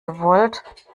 gewollt